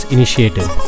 Initiative